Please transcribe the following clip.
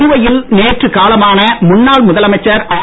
புதுவையில் நேற்று காலமான முன்னாள் முதலமைச்சர் ஆர்